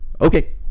okay